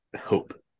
hope